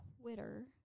Twitter